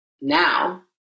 now